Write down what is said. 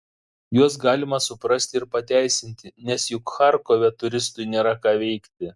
juos galima suprasti ir pateisinti nes juk charkove turistui nėra ką veikti